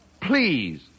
Please